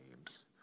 games